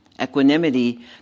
Equanimity